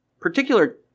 particular